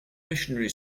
missionary